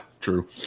true